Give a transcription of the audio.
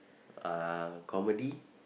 uh comedy